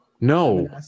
No